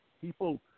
people